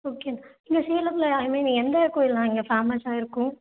okay இல்லை சேலத்தில் I mean எந்த கோவில் அண்ணா இங்கே ஃபேமஸாக இருக்கும்